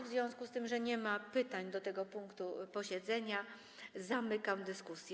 W związku z tym, że nie ma pytań do tego punktu posiedzenia, zamykam dyskusję.